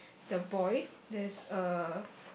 the boy there's a